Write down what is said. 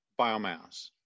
biomass